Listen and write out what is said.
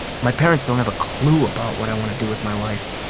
my parents don't have a clue about what i want to do with my life.